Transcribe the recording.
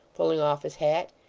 pulling off his hat.